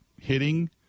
hitting